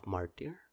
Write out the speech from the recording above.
Martyr